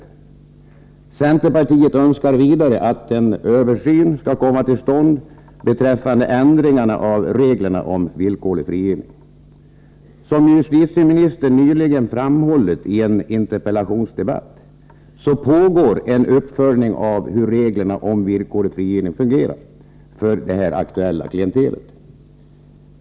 Centerpartiet önskar vidare att en översyn skall komma till stånd beträffande ändringarna av reglerna om villkorlig frigivning. Som justitieministern nyligen framhållit i en interpellationsdebatt pågår en uppföljning av hur reglerna om villkorlig frigivning fungerar för det aktuella klientelet.